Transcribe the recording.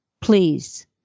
Please